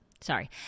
Sorry